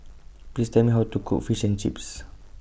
Please Tell Me How to Cook Fish and Chips